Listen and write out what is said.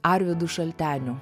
arvydu šalteniu